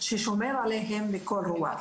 ששומר עליהם בכל אירוע.